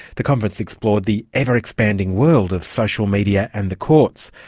the conference explored the ever expanding world of social media and the courts.